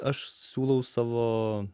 aš siūlau savo